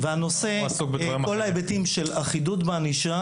אנחנו מדברים על כל ההיבטים של אחידות בענישה